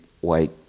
white